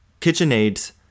KitchenAid's